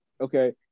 okay